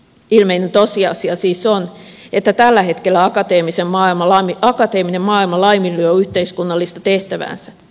ilmeinen tosiasia siis on että tällä hetkellä akateeminen maailma laiminlyö yhteiskunnallista tehtäväänsä